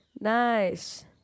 Nice